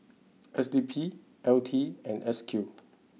S D P L T and S Q